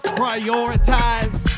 prioritize